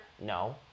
No